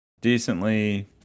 decently